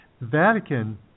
Vatican